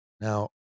Now